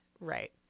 Right